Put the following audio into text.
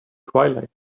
twilight